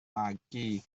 magu